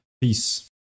peace